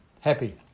Happy